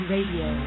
Radio